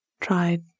tried